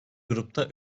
grupta